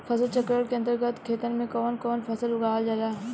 फसल चक्रण के अंतर्गत खेतन में कवन कवन फसल उगावल जाला?